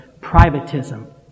privatism